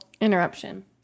interruption